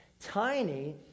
Tiny